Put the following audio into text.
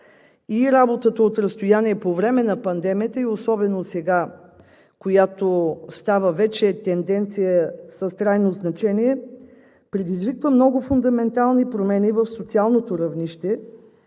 работата от разстояние по време на пандемията, особено сега, която става вече тенденция с трайно значение, предизвиква много фундаментални промени в социалното равнище,